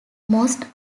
most